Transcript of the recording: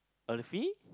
Elfie